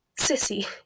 Sissy